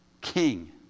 king